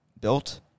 built